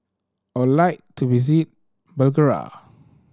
I would like to visit Bulgaria